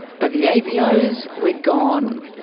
but the avos were gone.